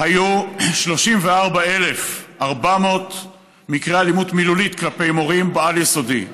היו 34,400 מקרי אלימות מילולית כלפי מורים בעל-יסודי,